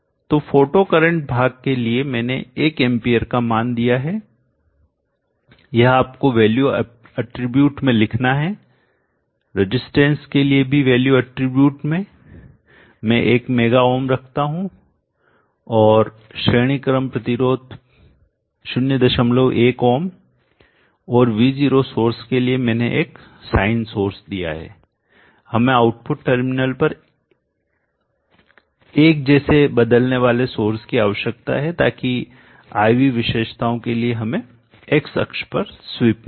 तो photo current भाग के लिए मैंने 1 एंपियर का मान दिया है यह आपको वैल्यू अटरीब्यूट में लिखना है और रजिस्टेंस के लिए भी वैल्यू अटरीब्यूट में मैं एक मेगा ओम रखता हूं और श्रेणी क्रम प्रतिरोध 01 ओम और V0 सोर्स के लिए मैंने एक साइन सोर्स दिया है हमें आउटपुट टर्मिनल पर एक जैसे बदलने वाले सोर्स की आवश्यकता है ताकि I V विशेषताओं के लिए हमें x अक्ष पर स्वीप मिले